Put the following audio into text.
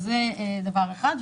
זה דבר אחד.